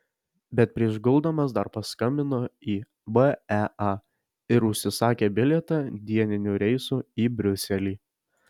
bet prieš guldamas dar paskambino į bea ir užsisakė bilietą dieniniu reisu į briuselį